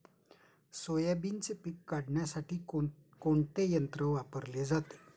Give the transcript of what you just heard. सोयाबीनचे पीक काढण्यासाठी कोणते यंत्र वापरले जाते?